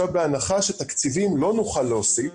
בהנחה שתקציבים לא נוכל להוסיף,